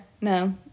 No